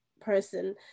person